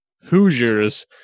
hoosiers